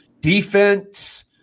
defense